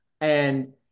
And-